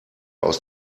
aus